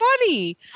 funny